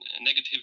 negative